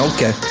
Okay